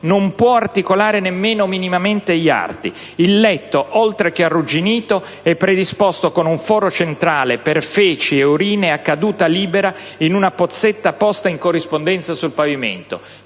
non può articolare nemmeno minimamente gli arti. Il letto, oltre che arrugginito, è predisposto con un foro centrale per feci ed urine a caduta libera in una pozzetta posta in corrispondenza sul pavimento.